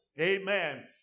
Amen